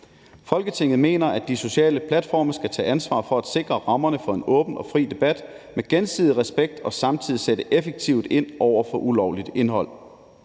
Folketinget mener, at de sociale platforme skal tage ansvar for at sikre rammerne for en åben og fri debat med gensidig respekt og samtidig sætte effektivt ind over for ulovligt indhold.